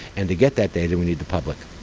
and to get that data we need the public.